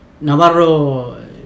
Navarro